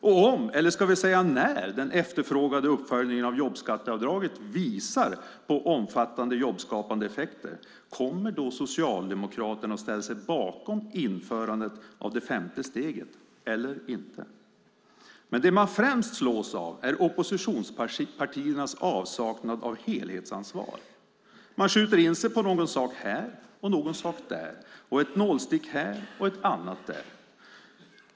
Och om, eller ska vi säga när, den efterfrågade uppföljningen av jobbskatteavdraget visar på omfattande jobbskapande effekter - kommer då Socialdemokraterna att ställa sig bakom införandet av det femte steget eller inte? Men det man främst slås av är oppositionspartiernas avsaknad av helhetsansvar. De skjuter in sig på någon sak här och någon sak där och gör ett nålstick här och ett annat där.